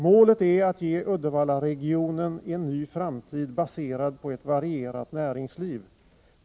Målet är att ge Uddevallaregionen en ny framtid baserad på ett varierat näringsliv.